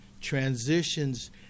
transitions